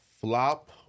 Flop